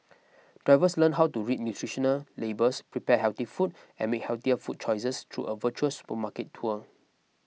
drivers learn how to read nutritional labels prepare healthy food and make healthier food choices through a virtual supermarket tour